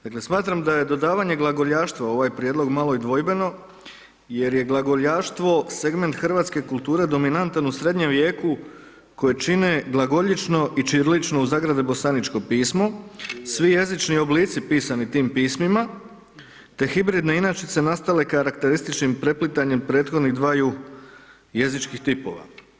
Dakle, smatram da je dodavanje glagoljaštva u ovaj prijedlog malo i dvojbeno jer je glagoljaštvo segment hrvatske kulture dominantan u srednjem vijeku koje čine glagoljično i ćirilično (bosaničko) pismo, svi jezični oblici pisani tim pismima te hibridne inačice nastale karakterističnim preplitanjem prethodnih dvaju jezičkih tipova.